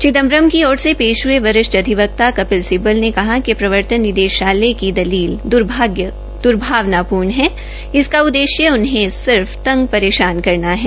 चिदम्बरम की ओर से पेश हये वरिष्ठ अधिवक्ता कपिल सिबल ने कहा कि प्रवर्तन निदेशलय की दलील दुर्भावपूर्ण है इसका उद्देश्य उन्हें सिर्फ तंग परेशान करना है